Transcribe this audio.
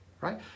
right